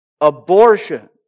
abortion